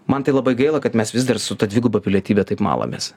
man tai labai gaila kad mes vis dar su ta dviguba pilietybe taip malamės